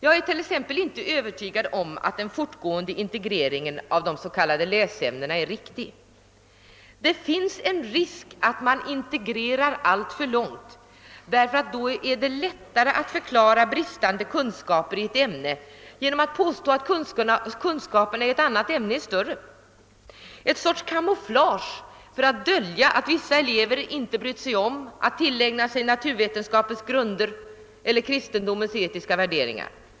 Jag är inte övertygad om att den fortgående integreringen av de s.k. läsämnena är riktig. Det finns en risk att man integrerar alltför långt därför att det då är lättare att förklara bristande kunskaper i ett ämne genom att påstå att kunskaperna i ett annat ämne är större — en sorts kamouflage för att dölja att vissa elever inte har brytt sig om att tillägna sig naturvetenskapens grunder eller kristendomens etiska värderingar.